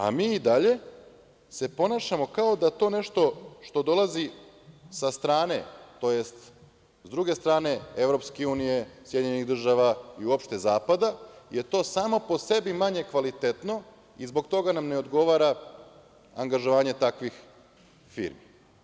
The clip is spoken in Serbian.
A, mi i dalje se ponašamo kao da to nešto što dolazi sa strane, tj. s druge strane EU, SAD i uopšte zapada je to samo po sebi manje kvalitetno i zbog toga nam ne odgovara angažovanje takvih firmi.